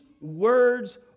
words